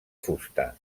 fusta